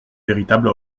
véritable